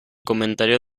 comentario